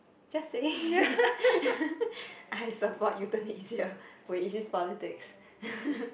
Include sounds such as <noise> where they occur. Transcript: just say <laughs> I support euthanasia which is politics <laughs>